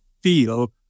feel